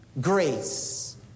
grace